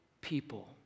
people